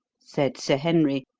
said sir henry,